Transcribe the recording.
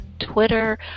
Twitter